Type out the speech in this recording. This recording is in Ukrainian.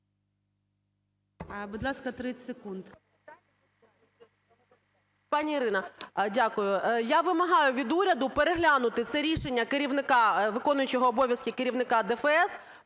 Будь ласка, 30 секунд,